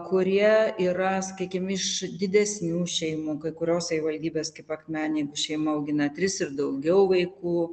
kurie yra sakykim iš didesnių šeimų kai kurios savivaldybės kaip akmenėj šeima augina tris ir daugiau vaikų